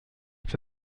for